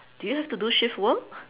do you have to do shift work